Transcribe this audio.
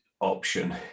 option